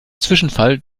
zwischenfall